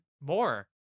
more